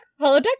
holodeck